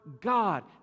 God